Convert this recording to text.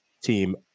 team